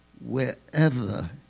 wherever